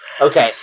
Okay